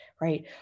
right